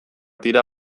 dira